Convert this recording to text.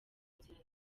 nzira